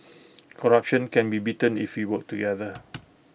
corruption can be beaten if we work together